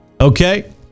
Okay